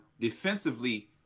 Defensively